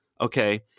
okay